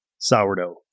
Sourdough